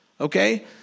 Okay